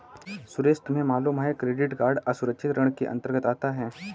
सुरेश तुम्हें मालूम है क्रेडिट कार्ड असुरक्षित ऋण के अंतर्गत आता है